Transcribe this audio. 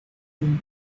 team